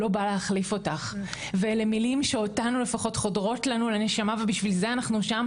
לא בא להחליף אותך ואלה מילים שחודרות אלינו לנשמה ובשביל זה אנחנו שם,